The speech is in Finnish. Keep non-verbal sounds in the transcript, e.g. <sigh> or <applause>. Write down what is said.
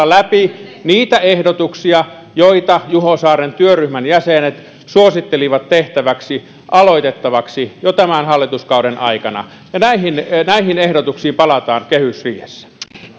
<unintelligible> läpi niitä ehdotuksia joita juho saaren työryhmän jäsenet suosittelivat tehtäväksi aloitettavaksi jo tämän hallituskauden aikana ja näihin näihin ehdotuksiin palataan kehysriihessä